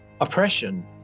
oppression